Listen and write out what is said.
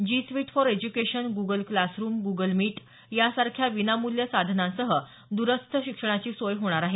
G suite for education Google classroom Google meet यासारख्या विनामूल्य साधनांसह द्रस्थ शिक्षणाची सोय होणार आहे